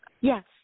yes